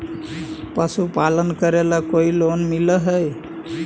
पशुपालन करेला कोई लोन मिल हइ?